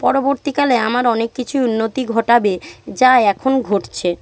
পরবর্তীকালে আমার অনেক কিছুই উন্নতি ঘটাবে যা এখন ঘটছে